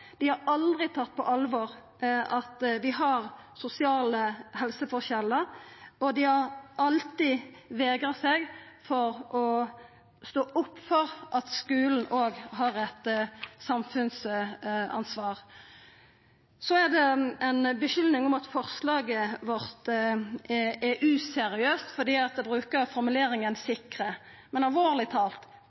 Dei har aldri tatt på alvor at vi har sosiale helseforskjellar, og dei har alltid vegra seg for å stå opp for at skulen òg har eit samfunnsansvar. Det er kome ei skulding om at forslaget vårt ikkje er seriøst fordi det brukar formuleringa «sikre». Men alvorleg